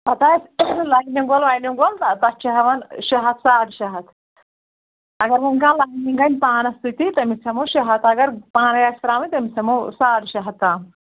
پَتہٕ آسہِ لاینِنٛگ وول واینِنٛگ وول تَتھ چھِ ہٮ۪وَان شےٚ ہَتھ ساڑ شےٚ ہَتھ اگر وٕنۍ کانٛہہ لاینِنٛگ انہِ پانَس سۭتی تٔمِس ہٮ۪مو شےٚ ہَتھ اگر پانَے آسہِ ترٛاوٕنۍ تٔمِس ہیٚمو ساڑ شےٚ ہَتھ تام